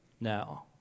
Now